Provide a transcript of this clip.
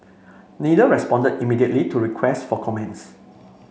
neither responded immediately to requests for comments